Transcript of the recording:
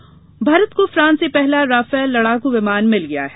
Rafale Bharat को France से पहला राफेल लड़ाकू विमान भिल गया है